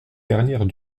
dernière